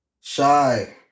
Shy